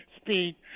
speed